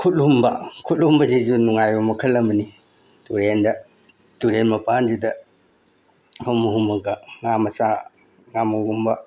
ꯈꯨꯠ ꯍꯨꯝꯕ ꯈꯨꯠ ꯍꯨꯝꯕꯁꯤꯁꯨ ꯅꯨꯡꯉꯥꯏꯕ ꯃꯈꯜ ꯑꯃꯅꯤ ꯇꯨꯔꯦꯟꯗ ꯇꯨꯔꯦꯟ ꯃꯄꯥꯟꯁꯤꯗ ꯍꯨꯝꯃ ꯍꯨꯝꯃꯒ ꯉꯥ ꯃꯆꯥ ꯉꯃꯨꯒꯨꯝꯕ